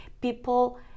people